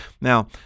now